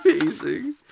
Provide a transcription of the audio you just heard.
amazing